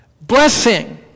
Blessing